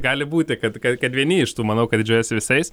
gali būti kad kad kad vieni iš tų manau kad didžiuojasi visais